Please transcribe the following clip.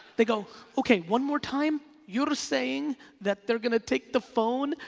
they go okay, one more time, you're saying that they're gonna take the phone,